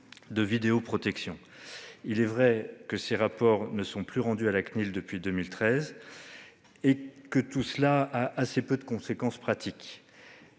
de vidéoprotection. Il est vrai que ces rapports ne sont plus rendus à la Cnil depuis 2013, ce qui emporte assez peu de conséquences pratiques.